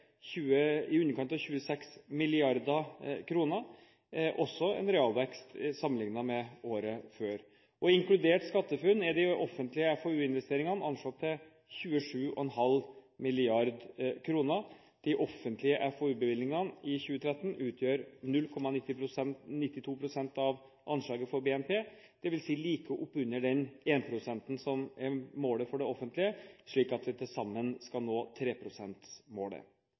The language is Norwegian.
i underkant av 26 mrd. kr – også en realvekst sammenlignet med året før. Inkludert SkatteFUNN er de offentlige FoU-investeringene anslått til 27,5 mrd. kr. De offentlige FoU-bevilgningene i 2013 utgjør 0,92 pst. av anslaget for BNP, dvs. like oppunder 1 pst.-målet for det offentlige, slik at det til sammen skal nå